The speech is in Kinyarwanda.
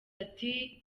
ati